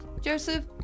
Joseph